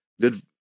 good